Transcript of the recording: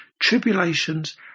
tribulations